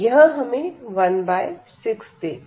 यह हमें 16 देगा